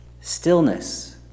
stillness